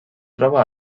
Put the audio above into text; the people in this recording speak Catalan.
troba